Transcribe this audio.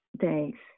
Thanks